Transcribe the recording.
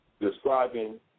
describing